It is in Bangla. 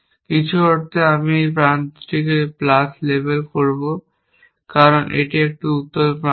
কিছু অর্থে আমি এই প্রান্তটিকে প্লাস লেবেল করব কারণ এটি একটি উত্তল প্রান্ত